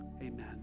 Amen